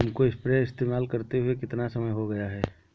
तुमको स्प्रेयर इस्तेमाल करते हुआ कितना समय हो गया है?